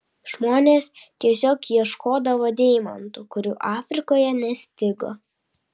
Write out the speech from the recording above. žmonės tiesiog ieškodavo deimantų kurių afrikoje nestigo